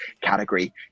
category